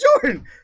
Jordan